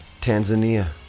Tanzania